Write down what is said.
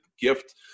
gift